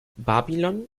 babylon